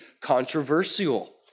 controversial